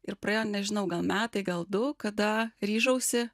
ir praėjo nežinau gal metai gal du kada ryžausi